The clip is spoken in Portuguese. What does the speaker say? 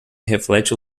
reflete